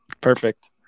Perfect